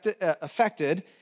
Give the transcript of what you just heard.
affected